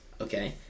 Okay